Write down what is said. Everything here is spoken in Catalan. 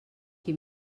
qui